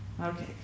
Okay